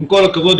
עם כל הכבוד,